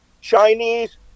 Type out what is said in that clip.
Chinese